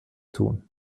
tun